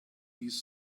these